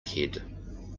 head